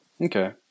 Okay